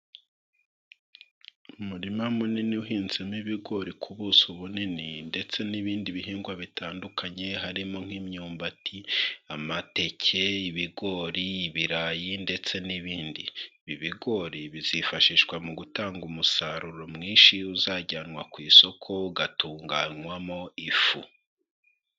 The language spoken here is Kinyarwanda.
Umurima munini uhinzemo ibigori ku buso bunini, ndetse n'ibindi bihingwa bitandukanye harimo nk'imyumbati, amateke, ibigori, ibirayi, ndetse n'ibindi, ibi bigori bizifashishwa mu gutanga umusaruro mwinshi uzajyanwa ku isoko, ugatunganywamo ifu.